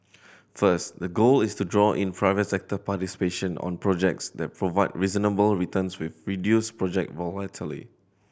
first the goal is to draw in private sector participation on projects that provide reasonable returns with reduced project volatility